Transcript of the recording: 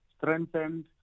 strengthened